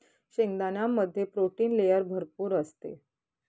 शेंगदाण्यामध्ये protein layer भरपूर असते